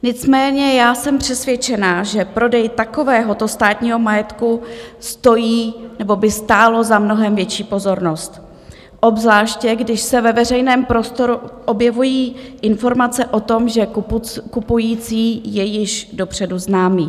Nicméně jsem přesvědčena, že prodej takovéhoto státního majetku stojí nebo by stálo za mnohem větší pozornost, obzvláště když se ve veřejném prostoru objevují informace o tom, že kupující je již dopředu známý.